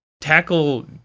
tackle